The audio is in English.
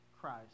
christ